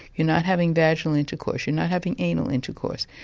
you're not having vaginal intercourse, you're not having anal intercourse,